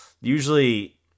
usually